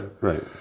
right